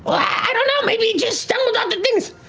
i don't know maybe he just stumbled onto things.